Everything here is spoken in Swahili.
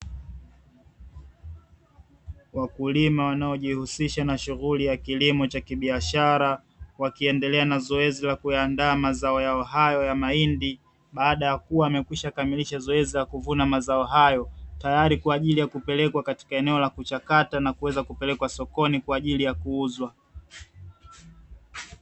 Wakulima wanaojihusisha na shughuli ya kilimo cha kibiashara wakiendelea na zoezi la kuyaandaa mazao yao hayo ya mahindi, baada ya kuwa wameshakamilisha zoezi la kuvuna mazao hayo, tayari kwa ajili ya kupelejwa katika eneo la kuchakata na kuweza kupelekwa sokoni kwa ajili ya kuuza.